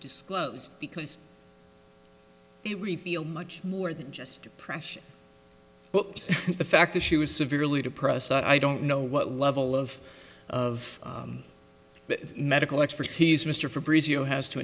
disclosed because it reveal much more than just pressure but the fact that she was severely depressed i don't know what level of of the medical expertise mr for breezy who has to